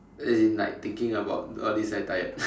as in like thinking about all these very tired